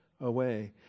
away